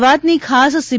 અમદાવાદની ખાસ સી